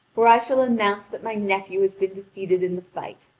or i shall announce that my nephew has been defeated in the fight.